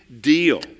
deal